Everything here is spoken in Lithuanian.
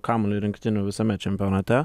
kamuolį rinktinių visame čempionate